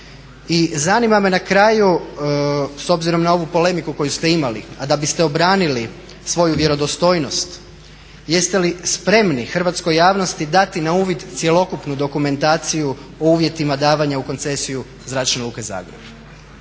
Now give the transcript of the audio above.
I zanima me na kraju s obzirom na ovu polemiku koju ste imali, a da biste obranili svoju vjerodostojnost, jeste li spremni hrvatskoj javnosti dati na uvid cjelokupnu dokumentaciju o uvjetima davanja u koncesiju Zračne luke Zagreb?